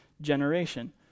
generation